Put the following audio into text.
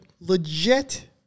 Legit